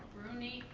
rooney.